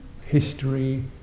history